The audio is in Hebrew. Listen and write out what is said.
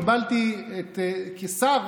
קיבלתי כשר,